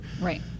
right